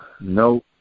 No